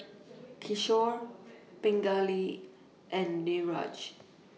Kishore Pingali and Niraj